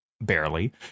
barely